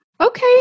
Okay